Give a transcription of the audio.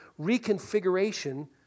reconfiguration